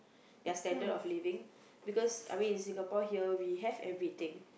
their standard of living because I mean in Singapore here we have everything